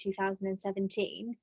2017